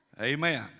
amen